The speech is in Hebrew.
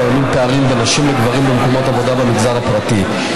קיימים פערים בין נשים לגברים במקומות עבודה במגזר הפרטי.